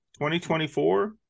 2024